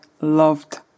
loved